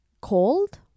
cold